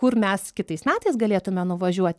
kur mes kitais metais galėtumėme nuvažiuoti